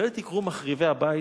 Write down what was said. לאלה תקראו מחריבי הבית?